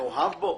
מאוהב בו?